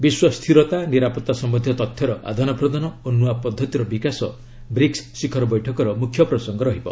ବିଶ୍ୱ ସ୍ଥିରତା ନିରାପତ୍ତା ସମ୍ଭନ୍ଧୀୟ ତଥ୍ୟର ଆଦାନ ପ୍ରଦାନ ଓ ନୂଆ ପଦ୍ଧତିର ବିକାଶ ବ୍ରିକ୍ ଶିଖର ବୈଠକର ମୁଖ୍ୟ ପ୍ରସଙ୍ଗ ରହିବ